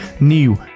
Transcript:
new